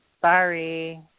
sorry